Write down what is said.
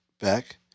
back